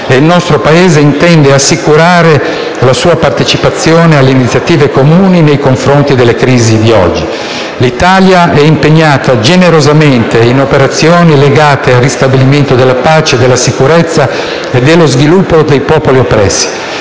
il nostro Paese intende assicurare la sua partecipazione alle iniziative comuni nei confronti delle crisi di oggi. L'Italia è impegnata generosamente in operazioni legate al ristabilimento della pace, della sicurezza e dello sviluppo dei popoli oppressi.